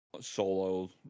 Solo